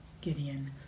Gideon